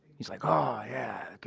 he's like, um ah, yeah, good.